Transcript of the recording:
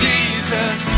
Jesus